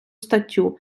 статтю